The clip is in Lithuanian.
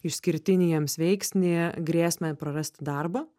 išskirtinį jiems veiksnį grėsmę prarasti darbą